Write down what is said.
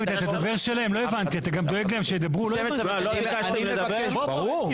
12:09. (הישיבה נפסקה בשעה 12:04 ונתחדשה בשעה 12:09.)